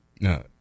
No